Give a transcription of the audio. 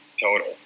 total